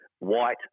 white